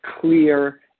clear